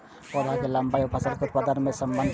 पौधा के लंबाई आर फसल के उत्पादन में कि सम्बन्ध छे?